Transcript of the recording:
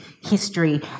history